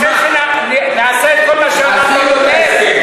אתה רוצה שנעשה את כל מה שאמרת, עשינו את ההסכם.